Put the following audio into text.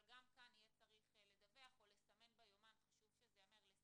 אבל גם כאן צריך יהיה לדווח או לסמן ביומן כי אם